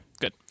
good